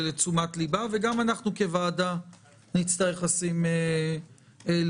לתשומת לבה וגם אנחנו כוועדה נצטרך לשים לב.